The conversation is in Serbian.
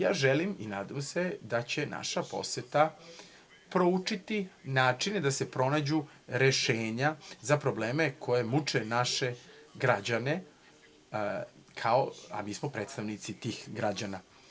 Ja želim i nadam se da će naša poseta proučiti načine da se pronađu rešenja za probleme koji muče naše građane, a mi smo predstavnici tih građana.